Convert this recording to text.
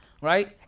right